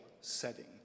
setting